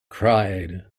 cried